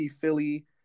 Philly